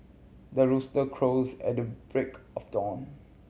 the rooster crows at the break of dawn